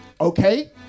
okay